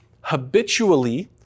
habitually